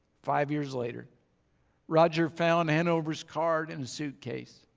five years later roger found hanover's card in a suitcase.